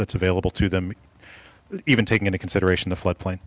that's available to them even taking into consideration the floodplain